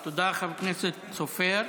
תודה, חבר כנסת סופר.